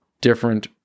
different